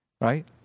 right